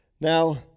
Now